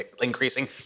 increasing